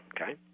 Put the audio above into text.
okay